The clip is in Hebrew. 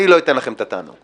אני לא אתן לכם את התענוג.